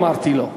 אמרתי לו.